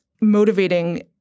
motivating